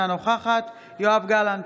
אינה נוכחת יואב גלנט,